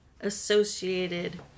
associated